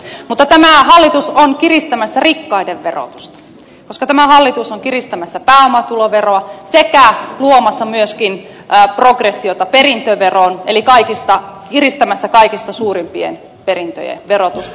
mutta tämä hallitus on kiristämässä rikkaiden verotusta koska tämä hallitus on kiristämässä pääomatuloveroa sekä luomassa myöskin progressiota perintöveroon eli kiristämässä kaikista suurimpien perintöjen verotusta